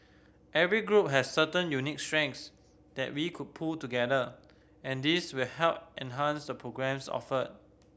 every group has certain unique strengths that we could pool together and this will help enhance the programmes offered